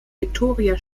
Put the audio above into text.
viktoria